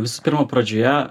visų pirma pradžioje